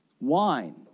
Wine